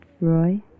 Roy